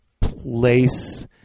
place